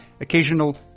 occasional